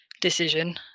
decision